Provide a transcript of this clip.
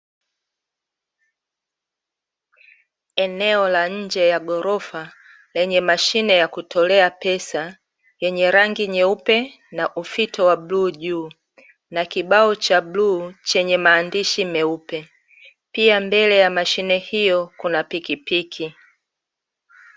Eneo la nje ya ghorofa lenye mashine ya kutolea pesa yenye rangi nyeupe na ufito wa buluu juu, na kibao cha buluu chenye maandishi meupe pia mbele ya mashine hiyo kuna pikipiki.